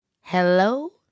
Hello